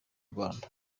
rwanda